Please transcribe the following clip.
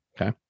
okay